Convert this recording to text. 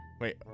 Wait